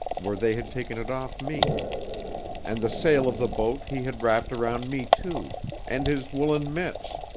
where they had taken it off me and the sail of the boat he had wrapped around me, too and his woollen mitts.